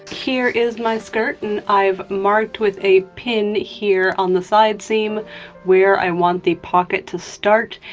here is my skirt and i've marked with a pin here on the side seam where i want the pocket to start,